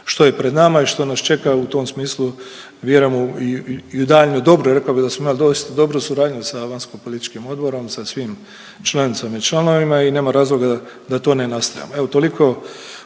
što je pred nama i što nas čeka u tom smislu vjerujem i u daljnjoj dobroj, rekao bi da smo imali doista dobru suradnju sa vanjskopolitičkim odborom i sa svim članicama i članovima i nema razloga da to ne nastavimo.